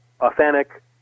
authentic